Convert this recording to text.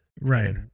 Right